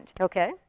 Okay